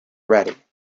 ready